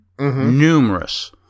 numerous